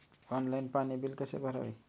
Online पाणी bill कसे भरावे?